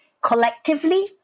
collectively